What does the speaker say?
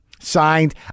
signed